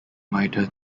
mitre